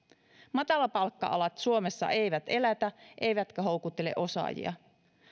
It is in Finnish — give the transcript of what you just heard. matalapalkka alat suomessa eivät elätä eivätkä houkuttele osaajia